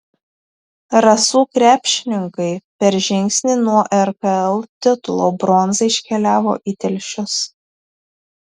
rasų krepšininkai per žingsnį nuo rkl titulo bronza iškeliavo į telšius